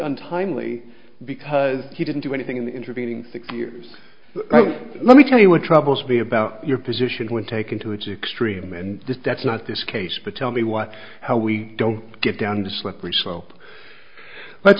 untimely because he didn't do anything in the intervening years let me tell you what troubles me about your position when taken to its extreme and that's not this case but tell me what how we don't get down the slippery slope let's